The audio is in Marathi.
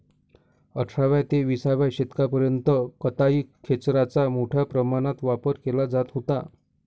अठराव्या ते विसाव्या शतकापर्यंत कताई खेचराचा मोठ्या प्रमाणावर वापर केला जात होता